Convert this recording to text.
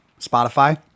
Spotify